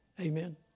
Amen